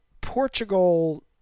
Portugal